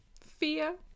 Fear